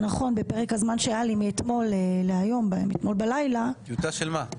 נכון בפרק הזמן שהיה לי מאתמול בלילה להיום --- טיוטה של מה?